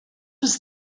was